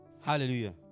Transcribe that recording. Hallelujah